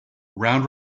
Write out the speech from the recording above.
round